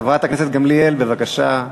חברת הכנסת גמליאל, בבקשה.